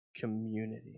community